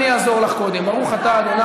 אני אעזור לך קודם: ברוך אתה ה',